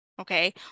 okay